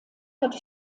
hat